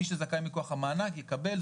מי שזכאי מכח המענק יקבל,